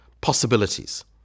possibilities